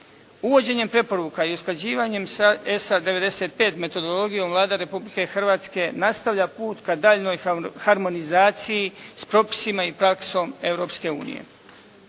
Uvođenjem preporuka i usklađivanjem sa ESA 95 metodologijom, Vlada Republike Hrvatske nastavlja put ka daljnjoj harmonizaciji s propisima i praksom Europske unije.